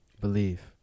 Believe